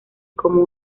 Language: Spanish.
como